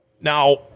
Now